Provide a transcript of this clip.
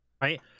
Right